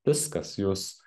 viskas jūs